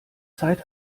zeit